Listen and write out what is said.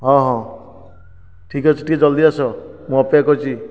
ହଁ ହଁ ଠିକ୍ ଅଛି ଟିକେ ଜଲ୍ଦି ଆସ ମୁଁ ଅପେକ୍ଷା କରିଛି